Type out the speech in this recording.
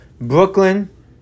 Brooklyn